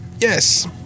Yes